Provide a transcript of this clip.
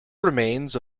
remains